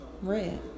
Red